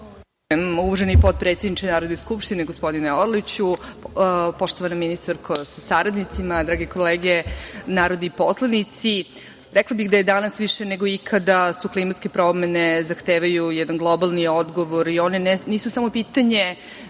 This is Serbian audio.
Uvaženi potpredsedniče Narodne skupštine, gospodine Orliću, poštovana ministarko sa saradnicima, drage kolege narodni poslanici, rekla bih da danas više nego ikada klimatske promene zahtevaju jedan globalni odgovor. One nisu samo pitanje